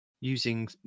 Using